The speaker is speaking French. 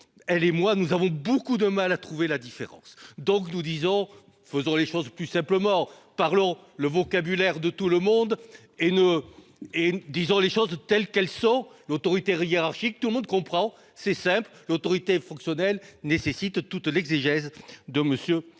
elle et moi avons beaucoup de mal à trouver la différence. Faisons plus simplement, parlons avec le vocabulaire de tout le monde et disons les choses telles qu'elles sont : l'autorité hiérarchique, tout le monde comprend, c'est simple ; l'autorité fonctionnelle nécessite toute l'exégèse de M.